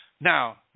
Now